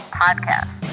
podcast